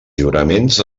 lliuraments